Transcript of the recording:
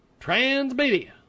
Transmedia